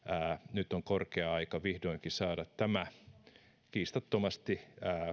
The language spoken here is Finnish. nyt on korkea aika vihdoinkin saada tämä kiistattomasti